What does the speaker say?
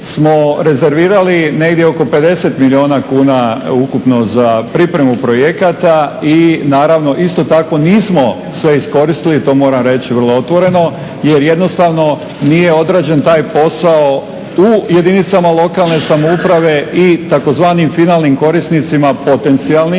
smo rezervirali negdje oko 50 milijuna kuna ukupno za pripremu projekata i naravno isto tako nismo sve iskoristili, to moram reći vrlo otvoreno, jer jednostavno nije odrađen taj posao u jedinicama lokalne samouprave i tzv. finalnim korisnicima potencijalnim